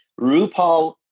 RuPaul